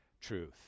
truth